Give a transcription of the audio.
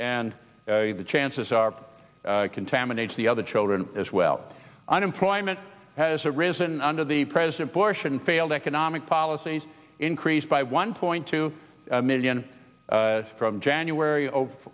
and the chances are contaminate the other children as well unemployment has arisen under the president bush and failed economic policies increased by one point two million from january o